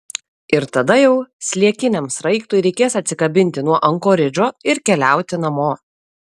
ir tada jau sliekiniam sraigtui reikės atsikabinti nuo ankoridžo ir keliauti namo